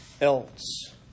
else